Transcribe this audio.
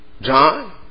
John